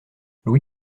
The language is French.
louis